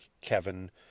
Kevin